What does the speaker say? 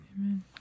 Amen